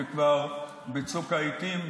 וכבר, בצוק העיתים,